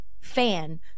fan